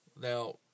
Now